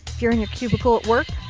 if you're in your cubicle at work.